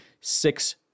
six